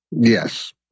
Yes